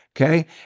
okay